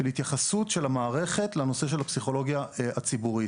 של התייחסות המערכת לנושא של הפסיכולוגיה הציבורית.